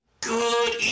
Good